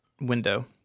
window